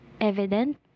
evident